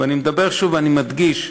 ואני מדגיש,